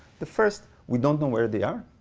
the first, we don't know where they are.